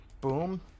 Boom